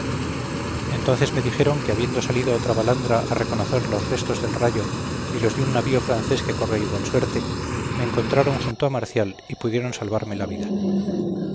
entonces me dijeron que habiendo salido otra balandra a reconocer los restos del rayo y los de un navío francés que corrió igual suerte me encontraron junto a marcial y pudieron salvarme la vida